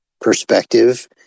perspective